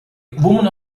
women